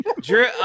Drew